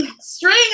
string